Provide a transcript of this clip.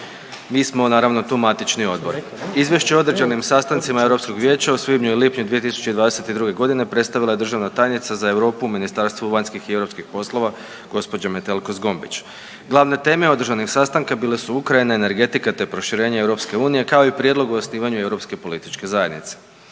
Mi smo naravno tu matični odbor. Izvješće o održanim sastancima Europskog vijeća u svibnju i lipnju 2022. predstavila je državna tajnica za Europu u Ministarstvu vanjskih i europskih poslova gđa. Metelko Zgombić. Glavne teme održanih sastanaka bile su Ukrajina, energetika, te proširenje EU, kao i prijedlog o osnivanju Europske političke zajednice.